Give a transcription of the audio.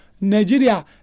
Nigeria